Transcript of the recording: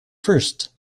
first